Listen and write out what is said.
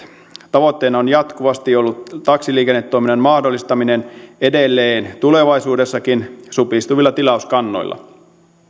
tavoitteena on jatkuvasti ollut taksiliikennetoiminnan mahdollistaminen edelleen tulevaisuudessakin supistuvilla tilauskannoilla